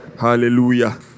Hallelujah